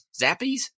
Zappies